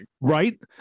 Right